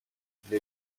для